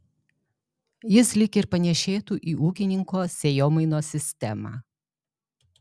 jis lyg ir panėšėtų į ūkininko sėjomainos sistemą